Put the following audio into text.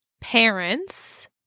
Parents